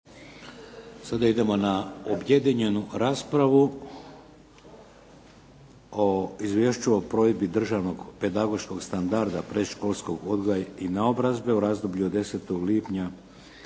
Sada idemo na objedinjenu raspravu - Izvješće o provedbi državnog pedagoškog standarda predškolskog odgoja i naobrazbe, u razdoblju od 10. lipnja